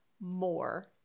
more